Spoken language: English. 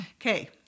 Okay